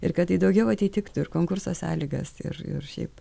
ir kad tai daugiau atitiktų ir konkurso sąlygas ir ir šiaip